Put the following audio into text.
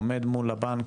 עומד מול הבנק,